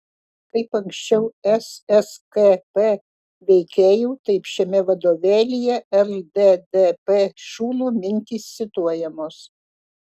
kaip anksčiau sskp veikėjų taip šiame vadovėlyje lddp šulų mintys cituojamos